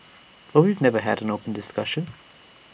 but we've never had the discussion